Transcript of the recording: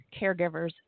caregivers